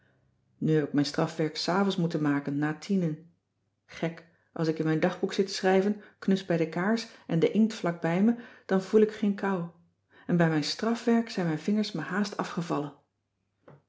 nu heb ik mijn strafwerk s avonds moeten maken na tienen gek als ik in mijn dagboek zit te schrijven knus bij de kaars en de inkt vlak bij me dan voel ik geen kou en bij mijn strafwerk zijn mijn vingers me haast afgevallen